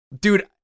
Dude